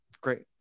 Great